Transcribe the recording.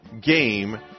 game